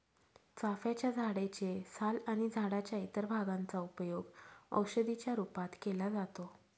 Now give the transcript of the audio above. चाफ्याच्या झाडे चे साल आणि झाडाच्या इतर भागांचा उपयोग औषधी च्या रूपात केला जातो